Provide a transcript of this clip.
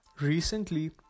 Recently